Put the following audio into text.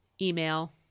Email